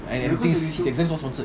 his exams all sponsored